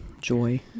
joy